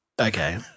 Okay